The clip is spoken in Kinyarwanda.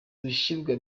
gushyirwa